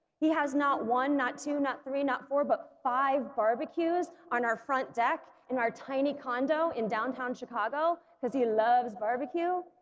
he has not one not two not three not four, but five barbecues on our front deck in our tiny condo in downtown chicago because he loves barbecue.